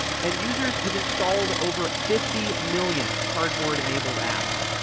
and users have installed over fifty million cardboard-enabled apps.